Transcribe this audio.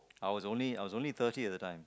I was only I was only thirty at the time